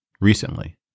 Recently